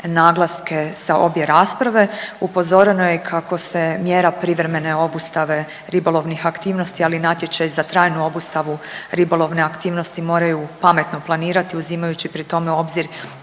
naglaske sa obje rasprave. Upozoreno je kako se mjera privremene obustave ribolovnih aktivnosti, ali i natječaj za trajnu obustavu ribolovne aktivnosti moraju pametno planirati, uzimajući pri tome u obzir